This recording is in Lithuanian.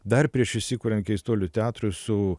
dar prieš įsikuriant keistuolių teatrui su